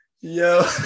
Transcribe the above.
Yo